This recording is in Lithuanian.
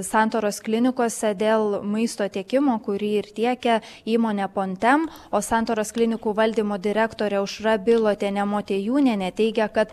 santaros klinikose dėl maisto tiekimo kurį ir tiekia įmonė pontem o santaros klinikų valdymo direktorė aušra bilotienė motiejūnienė teigia kad